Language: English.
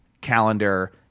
calendar